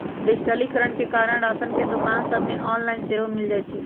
डिजिटलीकरण के कारण राशन के दोकान सभ ऑनलाइन सेहो मिल जाइ छइ